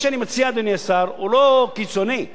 ומה שאני מציע,